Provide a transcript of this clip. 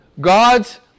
God's